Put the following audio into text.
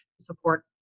support